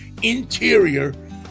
interior